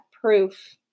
proof